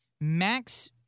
Max